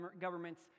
governments